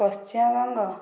Paschimbanga